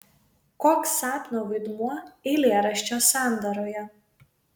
koks sapno vaidmuo eilėraščio sandaroje